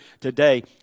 today